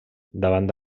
davant